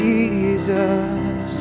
Jesus